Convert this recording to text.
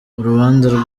urubanza